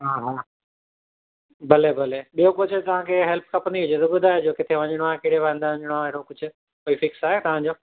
हा हा भले भले ॿियो कुझु तव्हांखे हेल्प खपंदी हुजे त ॿुधायो ॿियो किथे वञिणो आहे कहिड़े हंधि वञिणो आहे कुझु फिक्स आहे तव्हांजो